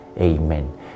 Amen